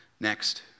Next